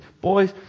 boys